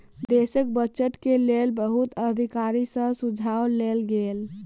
देशक बजट के लेल बहुत अधिकारी सॅ सुझाव लेल गेल